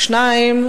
ודבר שני,